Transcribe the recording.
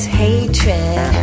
hatred